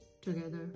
together